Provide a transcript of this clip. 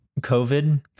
COVID